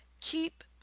Keep